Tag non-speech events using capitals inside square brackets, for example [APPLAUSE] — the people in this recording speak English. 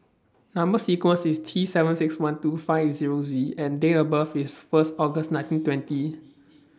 Number sequence IS T seven six one two five eight Zero Z and Date of birth IS First August nineteen twenty [NOISE]